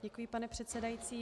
Děkuji, pane předsedající.